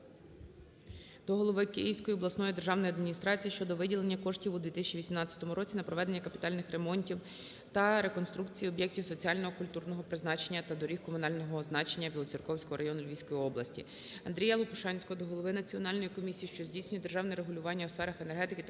до голови Київської обласної державної адміністрації щодо виділення коштів у 2018 році на проведення капітальних ремонтів та реконструкції об'єктів соціально-культурного призначення та доріг комунального значення Білоцерківського району Київської області. Андрія Лопушанського до голови Національної комісії, що здійснює державне регулювання у сферах енергетики та